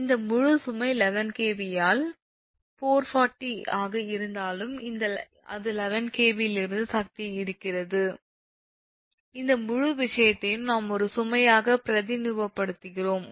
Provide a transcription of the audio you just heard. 7 இந்த முழு சுமை 11 𝑘𝑉 ஆல் 440 ஆக இருந்தாலும் அது 11 𝑘𝑉 இலிருந்து சக்தியை ஈர்க்கிறது இந்த முழு விஷயத்தையும் நாம் ஒரு சுமையாக பிரதிநிதித்துவப்படுத்துகிறோம்